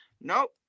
Nope